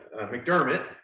McDermott